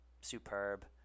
superb